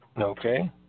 Okay